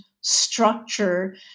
structure